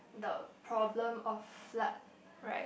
the problem of flood right